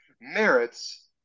merits